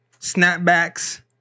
snapbacks